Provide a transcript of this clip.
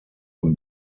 und